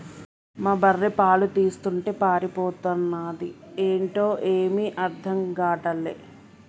మా బర్రె పాలు తీస్తుంటే పారిపోతన్నాది ఏంటో ఏమీ అర్థం గాటల్లే